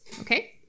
Okay